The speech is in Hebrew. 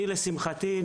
לשמחתי,